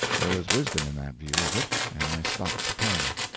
there was wisdom in that view of it, and i stopped to parley.